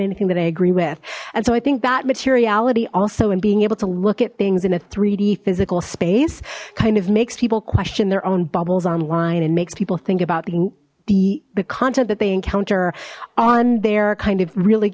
anything that i agree with and so i think that materiality also in being able to look at things in a d physical space kind of makes people question their own bubbles online and makes people think about being the the content that they encounter on their kind of really